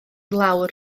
lawr